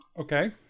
Okay